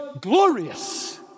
glorious